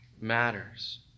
matters